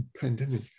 pandemic